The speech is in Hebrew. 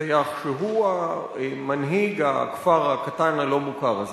סייח, שהוא מנהיג הכפר הקטן הלא-מוכר הזה,